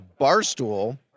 Barstool